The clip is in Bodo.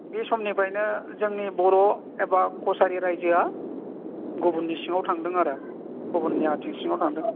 बे समनिफ्रायनो जोंनि बर' एबा कसारि रायजोआ गुबुननि सिङाव थांदों आरो गुबुननि आथिं सिङाव थांदों